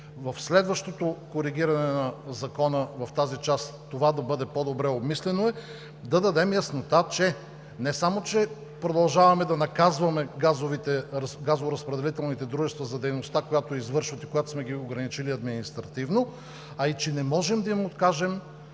в следващото коригиране на Закона в тази част това да бъде по-добре обмислено, да дадем яснота, че не само продължаваме да наказваме газоразпределителните дружества за дейността, която извършват и която сме ограничили административно, а и че не можем да им откажем